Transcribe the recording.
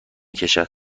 کشد